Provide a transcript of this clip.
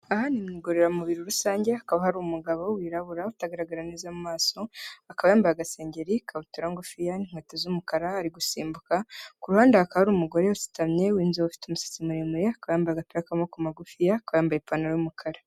Ahan ni mu igororamubiri rusange, hakaba hari umugabo wirabura, utagaragara neza mu maso, akaba yambaye agasengeri, ikabutura ngufiya n'inkweto z'umukara, ari gusimbuka, ku ruhande hakaba hari umugore usutamye w'inzobe, ufite umusatsi muremure, akaba yambaye agapira k'amaboko magufiya, akaba yambaye n'ipantaro y'umukara.